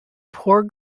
poor